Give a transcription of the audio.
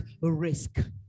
risk